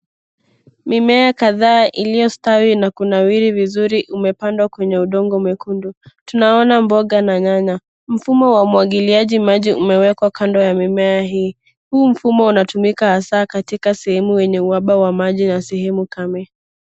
Mimea kadhaa iliyostawi na kunawiri vizuri umepandwa kwenye udongo mwekundu. Tunaona mboga na nyanya. Mfumo wa umwagiliaji maji umewekwa kando ya mimea hii. Huu mfumo unatumika hasa katika sehemu yenye uhaba wa maji na sehemu kame.